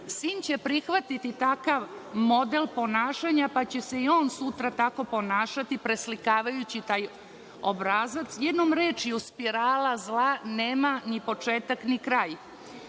sin će prihvatiti takav model ponašanja pa će se i on sutra tako ponašati, preslikavajući taj obrazac. Jednom rečju, spirala zla nema ni početak ni kraj.